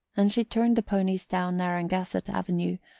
and she turned the ponies down narragansett avenue,